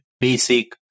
basic